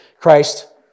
Christ